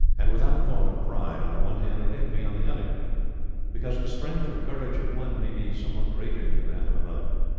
and without thought of pride on the one hand or envy on the other because the strength or courage of one may be somewhat greater than that of another.